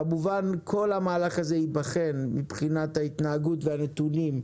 כמובן כל המהלך הזה ייבחן מבחינת ההתנהגות והנתונים,